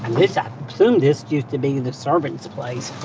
this i assume this used to be the servants' place